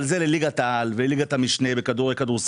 אבל זה לליגת העל ולליגת המשנה בכדורסל.